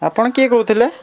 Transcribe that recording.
ଆପଣ କିଏ କହୁଥିଲେ